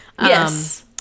Yes